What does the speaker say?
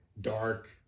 dark